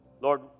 Lord